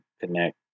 connect